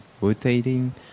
rotating